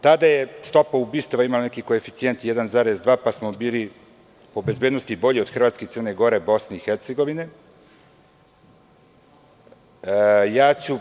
Tada je stopa ubistava imala neki koeficijent 1,2, pa smo bili po bezbednosti bolji od Hrvatske, Crne Gore i Bosne i Hercegovine.